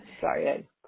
Sorry